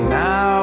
now